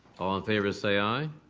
all in favor say aye.